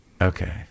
Okay